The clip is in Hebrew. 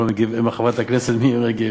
מחברת הכנסת מירי רגב,